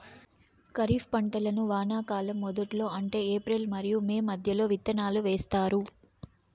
ఖరీఫ్ పంటలను వానాకాలం మొదట్లో అంటే ఏప్రిల్ మరియు మే మధ్యలో విత్తనాలు వేస్తారు